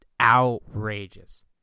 outrageous